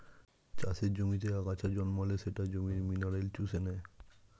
চাষের জমিতে আগাছা জন্মালে সেটা জমির মিনারেল চুষে নেয়